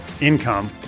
income